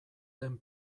den